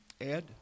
Ed